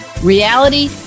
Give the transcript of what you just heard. reality